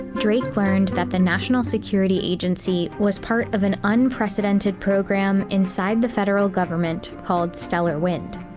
drake learned that the national security agency was part of an unprecedented program inside the federal government, called stellar wind.